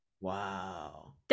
Wow